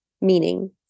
meaning